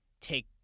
Take